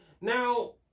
Now